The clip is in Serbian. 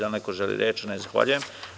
Da li neko želi reč? (Ne) Zahvaljujem.